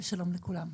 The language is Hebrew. תודה ושלום לכולם.